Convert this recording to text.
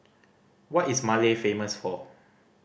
what is Male famous for